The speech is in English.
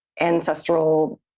ancestral